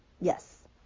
Yes